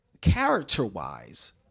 character-wise